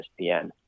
ESPN